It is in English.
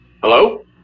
Hello